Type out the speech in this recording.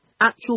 actual